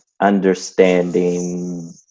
understanding